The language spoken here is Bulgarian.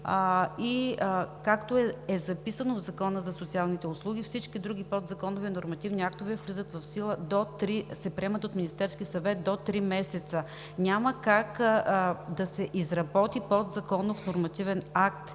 Както е записано в Закона за социалните услуги, всички други подзаконови нормативни актове се приемат от Министерския съвет до три месеца. Няма как да се изработи подзаконов нормативен акт